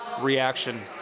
reaction